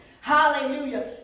Hallelujah